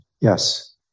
Yes